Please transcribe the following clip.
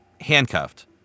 handcuffed